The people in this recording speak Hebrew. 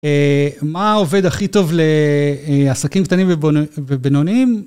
מה עובד הכי טוב לעסקים קטנים ובינוניים?